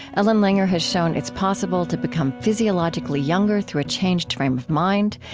ellen langer has shown it's possible to become physiologically younger through a changed frame of mind,